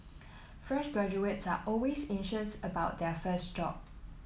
fresh graduates are always anxious about their first job